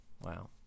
Wow